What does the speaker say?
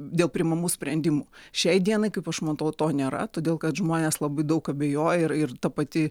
dėl priimamų sprendimų šiai dienai kaip aš matau to nėra todėl kad žmonės labai daug abejoja ir ir ta pati